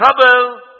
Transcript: trouble